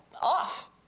off